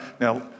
now